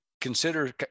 consider